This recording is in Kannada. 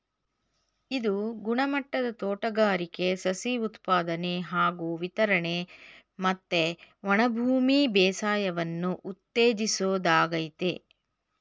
ಇದು ಗುಣಮಟ್ಟದ ತೋಟಗಾರಿಕೆ ಸಸಿ ಉತ್ಪಾದನೆ ಹಾಗೂ ವಿತರಣೆ ಮತ್ತೆ ಒಣಭೂಮಿ ಬೇಸಾಯವನ್ನು ಉತ್ತೇಜಿಸೋದಾಗಯ್ತೆ